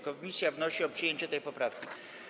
Komisja wnosi o przyjęcie tej poprawki.